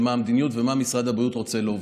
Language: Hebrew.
מה המדיניות ומה משרד הבריאות רוצה להוביל.